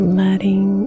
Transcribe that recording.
letting